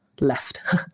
left